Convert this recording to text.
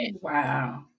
Wow